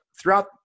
throughout